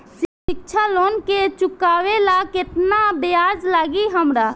शिक्षा लोन के चुकावेला केतना ब्याज लागि हमरा?